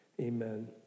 Amen